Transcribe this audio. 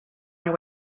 your